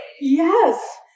Yes